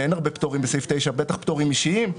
אין הרבה פטורים בסעיף 9, בטח פטורים אישיים.